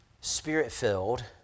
spirit-filled